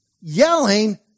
yelling